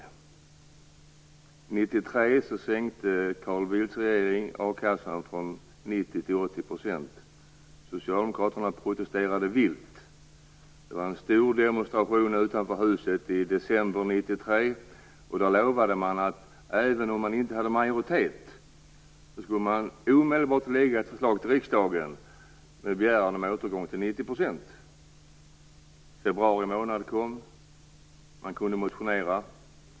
1993 sänkte Carl Bildts regering a-kassan från 90 % till 80 %. Socialdemokraterna protesterade vilt. Det var en stor demonstration utanför detta hus i december 1993. Då lovade man att man, även om man inte hade majoritet, omedelbart skulle lägga fram ett förslag i riksdagen med en begäran om en återgång till 90 %. Februari månad kom och man kunde motionera.